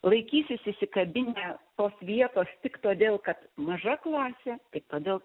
laikysis įsikabinę tos vietos tik todėl kad maža klasė todėl